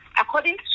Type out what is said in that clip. according